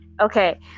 Okay